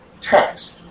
tax